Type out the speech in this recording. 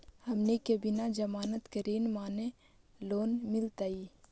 हमनी के बिना जमानत के ऋण माने लोन मिलतई?